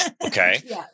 Okay